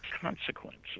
consequences